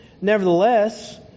Nevertheless